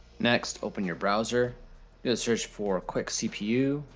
next, open your browser. just search for quick cpu,